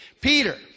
Peter